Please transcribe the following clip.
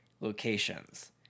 locations